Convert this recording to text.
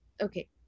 Okay